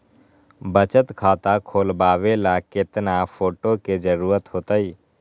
बचत खाता खोलबाबे ला केतना फोटो के जरूरत होतई?